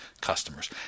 customers